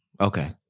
Okay